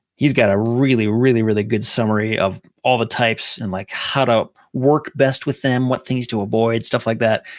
he's got a really, really, really good summary of all the types and like how to work best with them, what things to avoid, stuff like that.